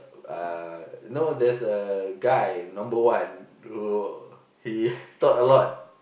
uh know there's a guy number one who he talk a lot